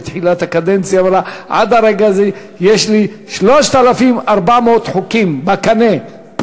בתחילת הקדנציה אמרה: עד הרגע הזה יש לי 3,400 חוקים בקנה.